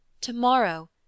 To-morrow